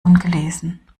ungelesen